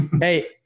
Hey